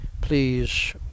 please